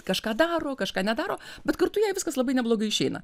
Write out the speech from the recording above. kažką daro kažką nedaro bet kartu jai viskas labai neblogai išeina